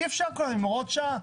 אי אפשר כל הזמן עם הוראות שעה.